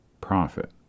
profit